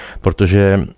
protože